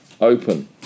open